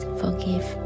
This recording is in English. forgive